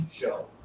show